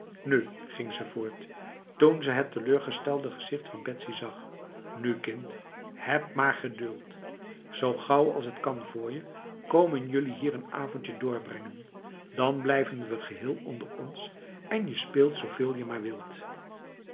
nu ging ze voort toen ze het teleurgestelde gezicht van betsy zag nu kind heb maar geduld zo gauw als het kan voor je komen jullie hier een avondje doorbrengen dan blijven we geheel onder ons en je speelt zoveel je maar wilt